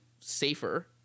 safer